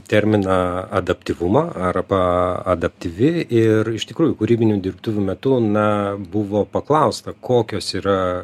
terminą adaptyvumą arba adaptyvi ir iš tikrųjų kūrybinių dirbtuvių metu na buvo paklausta kokios yra